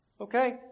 Okay